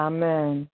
Amen